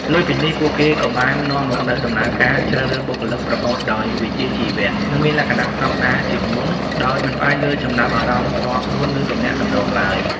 លើសពីនេះ ពួកគេក៏បាននាំមកនូវដំណើរការជ្រើសរើសបុគ្គលិកប្រកបដោយវិជ្ជាជីវៈ និងមានលក្ខណៈស្តង់ដារជាងមុន ដោយមិនផ្អែកលើចំណាប់អារម្មណ៍ផ្ទាល់ខ្លួន ឬទំនាក់ទំនងឡើយ។